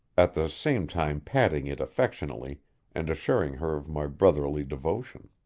at the same time patting it affectionately and assuring her of my brotherly devotion.